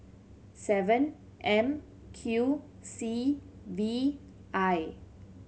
seven M Q C V I